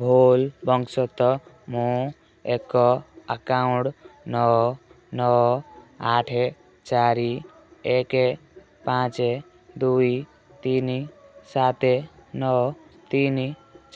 ଭୁଲ୍ ବଶତଃ ମୁଁ ଏକ ଆକାଉଣ୍ଟ୍ ନଅ ନଅ ଆଠେ ଚାରି ଏକେ ପାଞ୍ଚେ ଦୁଇ ତିନି ସାତେ ନଅ ତିନି